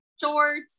shorts